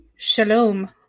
Shalom